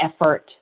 effort